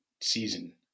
season